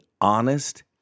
honest